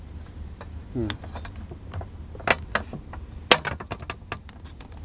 mm